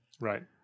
right